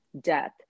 death